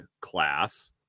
class